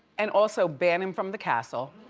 and also ban him from the castle.